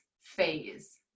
phase